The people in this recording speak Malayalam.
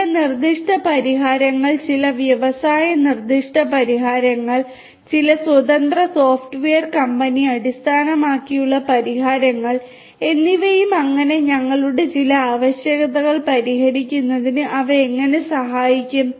ചില നിർദ്ദിഷ്ട പരിഹാരങ്ങൾ ചില വ്യവസായ നിർദ്ദിഷ്ട പരിഹാരങ്ങൾ ചില സ്വതന്ത്ര സോഫ്റ്റ്വെയർ കമ്പനി അടിസ്ഥാനമാക്കിയുള്ള പരിഹാരങ്ങൾ എന്നിവയും അങ്ങനെ ഞങ്ങളുടെ ചില ആവശ്യകതകൾ പരിഹരിക്കുന്നതിന് അവ എങ്ങനെ സഹായിക്കും